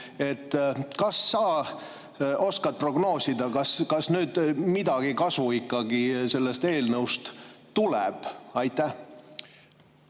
Kas sa oskad prognoosida, kas nüüd mingi kasu ikkagi sellest eelnõust tuleb? Aitäh!